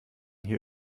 hier